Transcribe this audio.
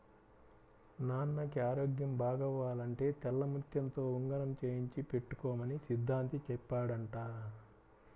నాన్నకి ఆరోగ్యం బాగవ్వాలంటే తెల్లముత్యంతో ఉంగరం చేయించి పెట్టుకోమని సిద్ధాంతి చెప్పాడంట